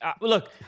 look